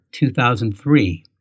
2003